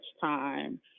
time